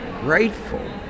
grateful